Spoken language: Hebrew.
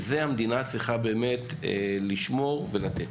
ואת זה המדינה צריכה באמת לשמור ולתת.